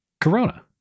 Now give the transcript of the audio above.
Corona